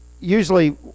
usually